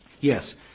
Yes